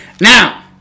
Now